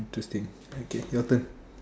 interesting okay your turn